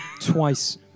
Twice